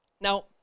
Now